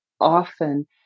often